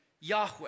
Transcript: Yahweh